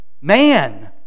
man